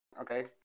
Okay